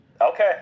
Okay